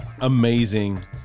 amazing